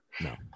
No